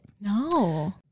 no